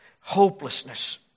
hopelessness